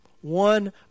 one